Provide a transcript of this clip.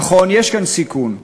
נכון, יש כאן סיכון,